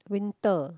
winter